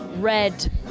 red